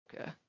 okay